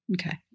Okay